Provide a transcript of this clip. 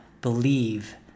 believe